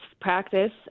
practice